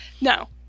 no